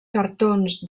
cartons